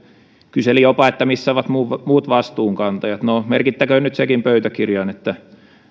kyseli jopa että missä ovat muut muut vastuunkantajat no merkittäköön nyt sekin pöytäkirjaan että